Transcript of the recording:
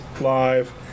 live